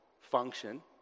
function